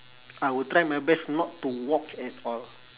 I will try my best not to walk at all